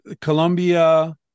colombia